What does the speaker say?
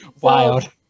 Wild